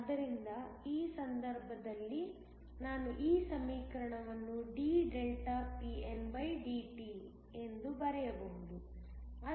ಆದ್ದರಿಂದ ಈ ಸಂದರ್ಭದಲ್ಲಿ ನಾನು ಈ ಸಮೀಕರಣವನ್ನು dpndt ಎಂದು ಬರೆಯಬಹುದು